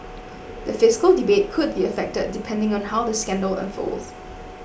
the fiscal debate could be affected depending on how the scandal unfolds